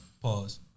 Pause